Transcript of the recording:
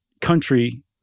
country